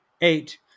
Eight